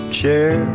chair